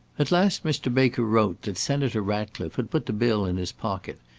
at last mr. baker wrote that senator ratcliffe had put the bill in his pocket,